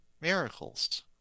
miracles